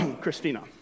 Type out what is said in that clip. Christina